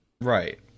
Right